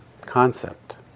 concept